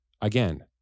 Again